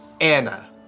Anna